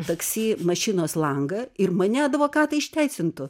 taksi mašinos langą ir mane advokatai išteisintų